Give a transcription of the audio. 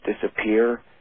disappear